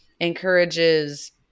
encourages